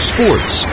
Sports